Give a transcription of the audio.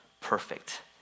perfect